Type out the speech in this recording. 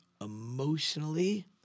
emotionally